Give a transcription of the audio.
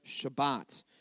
Shabbat